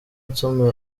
nsoma